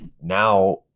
now